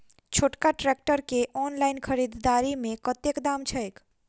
छोटका ट्रैक्टर केँ ऑनलाइन खरीददारी मे कतेक दाम छैक?